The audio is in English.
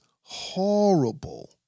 horrible